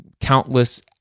countless